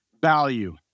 Value